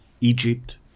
Egypt